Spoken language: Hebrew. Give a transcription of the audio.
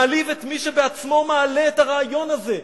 מעליב את מי שבעצמו מעלה את הרעיון הזה.